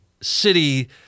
city